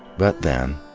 but then.